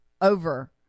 over